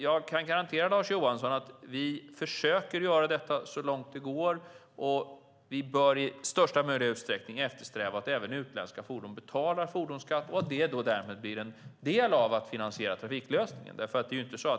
Jag garanterar Lars Johansson att vi försöker göra detta så långt det går, och vi bör i största möjliga utsträckning eftersträva att även utländska fordon betalar fordonsskatt så att det därmed blir en del av att finansiera trafiklösningar.